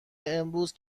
امروز